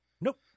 Nope